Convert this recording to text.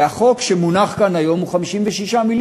והחוק שמונח כאן היום הוא 56 מיליארד,